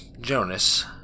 Jonas